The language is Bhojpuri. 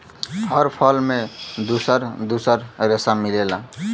हर फल में दुसर दुसर रेसा मिलेला